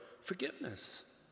forgiveness